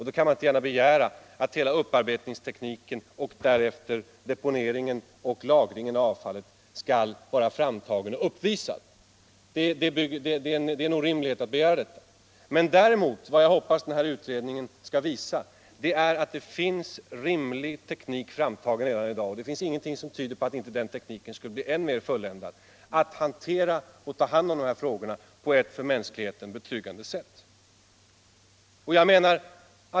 Då kan man inte gärna begära att hela upparbetningstekniken och därefter deponeringen och lagringen av avfallet skall vara framtagen och uppvisad. Det vore en orimlighet att begära. Vad jag däremot hoppas att denna utredning skall visa är att det finns rimlig teknik framtagen i dag. Det finns ingenting som tyder på att inte den tekniken skulle bli ännu mer fulländad — en teknik att hantera dessa problem på ett för mänskligheten betryggande sätt.